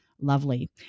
lovely